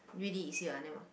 really you see our name ah